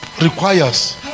requires